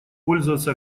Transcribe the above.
пользоваться